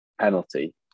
penalty